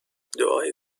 دعای